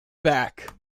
back